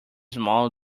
small